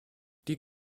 die